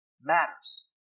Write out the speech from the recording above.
matters